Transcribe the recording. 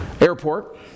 airport